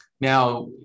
Now